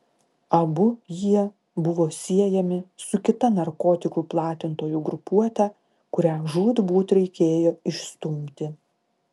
abu jie buvo siejami su kita narkotikų platintojų grupuote kurią žūtbūt reikėjo išstumti